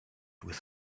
with